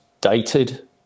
dated